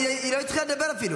היא אפילו לא התחילה לדבר,